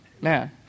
man